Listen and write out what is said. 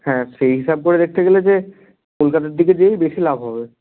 হ্যাঁ সেই হিসাব করে দেখতে গেলে যে কলকাতার দিকে যেয়েই বেশি লাভ হবে